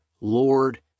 Lord